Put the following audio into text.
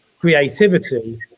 creativity